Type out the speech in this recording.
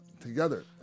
Together